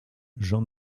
jean